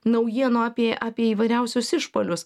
naujienų apie apie įvairiausius išpuolius